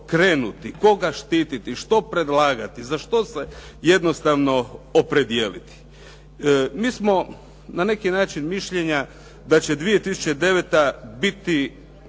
krenuti? Koga štititi? Što predlagati? Za što se jednostavno opredijeliti? Mi smo na neki način mišljenja da će 2009. biti